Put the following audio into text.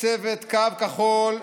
צוות קו כחול,